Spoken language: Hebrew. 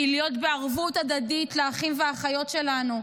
הוא להיות בערבות הדדית לאחים ולאחיות שלנו.